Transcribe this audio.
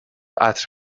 عطر